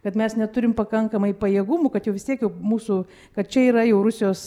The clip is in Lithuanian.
kad mes neturim pakankamai pajėgumų kad jau vistiek jau mūsų kad čia yra jau rusijos